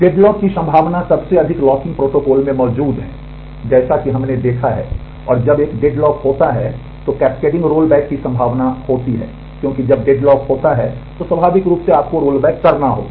deadlock की संभावना सबसे अधिक लॉकिंग प्रोटोकॉल में मौजूद है जैसा कि हमने देखा है और जब एक डेडलॉक होता है तो कैस्केडिंग रोलबैक की संभावना होती है क्योंकि जब यह डेडलॉक होता है तो स्वाभाविक रूप से आपको रोलबैक करना होगा